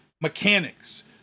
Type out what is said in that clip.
mechanics